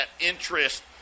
interest